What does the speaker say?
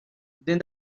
then